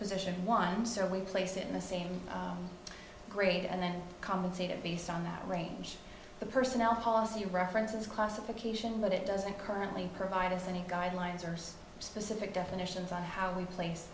position one so we place it in the same grade and then compensated based on that range the personnel policy references classification but it doesn't currently provide us any guidelines or specific definitions on how we place